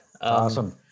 awesome